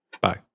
Bye